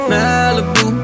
Malibu